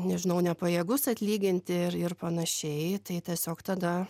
nežinau nepajėgus atlyginti ir ir panašiai tai tiesiog tada